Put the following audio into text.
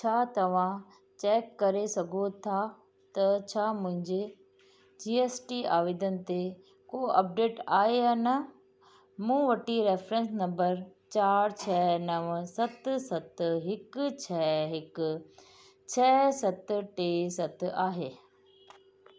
छा तव्हां चैक करे सघो था त छा मुंहिंजे जीएसटी आवेदन ते को अपडेट आहे या न मूं वटि रेफरेंस नंबर चार छह नव सत सत हिकु छ्ह हिकु छह सत टे सत आहे